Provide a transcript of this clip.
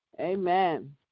Amen